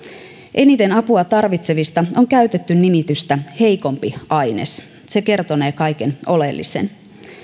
eniten apua tarvitsevista on käytetty nimitystä heikompi aines se kertonee kaiken oleellisen